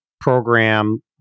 program